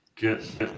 Yes